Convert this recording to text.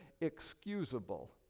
excusable